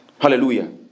Hallelujah